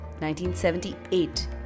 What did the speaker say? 1978